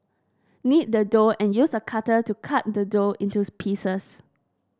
knead the dough and use a cutter to cut the dough into pieces